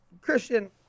Christian